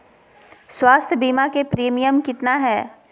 स्वास्थ बीमा के प्रिमियम कितना है?